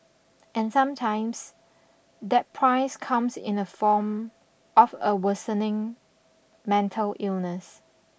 and sometimes that price comes in the form of a worsening mental illness